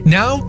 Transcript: now